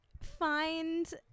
find